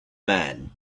man